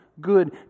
good